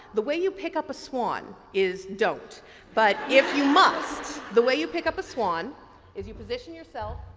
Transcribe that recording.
the way you pick up a swan is don't but if you must the way you pick up a swan is your position yourself